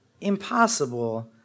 impossible